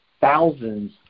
thousands